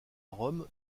rome